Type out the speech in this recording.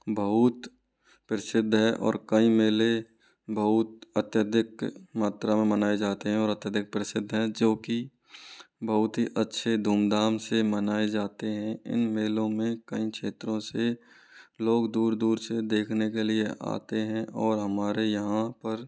बहुत प्रसिद्ध है और कई मेले बहुत अत्यधिक मात्रा में मनाए जाते हैं और अत्यधिक प्रसिद्ध हैं जो कि बहुत ही अच्छे धूमधाम से मनाए जाते हैं इन मेलों में कई क्षेत्रों से लोग दूर दूर से देखने के लिए आते हैं और हमारे यहाँ पर